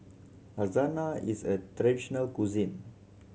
lasagna is a traditional cuisine